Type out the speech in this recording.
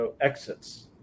exits